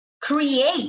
create